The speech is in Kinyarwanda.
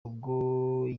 ubwo